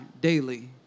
daily